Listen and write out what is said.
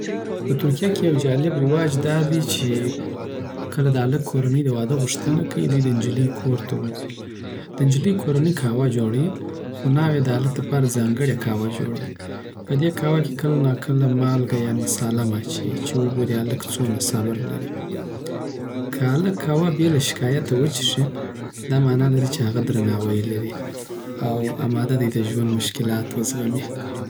په ترکیه کی یوه جالب رواج دادی چی کله چې د هلک کورنۍ د واده غوښتنه کوي، دوی د نجلۍ کور ته ورځي. د نجلۍ کورنۍ قهوه جوړوي، خو ناوې د هلک لپاره ځانګړې قهوه جوړوي. په دې قهوه کې کله نا کله مالګه یا مساله هم اچوي، چې وګوري هلک څونه صبر لري. که هلک قهوه بی له شکایت وڅښي، دا مانا لري چې هغه درناوی لري او اماده دی د ژوند مشکلات وزغمي.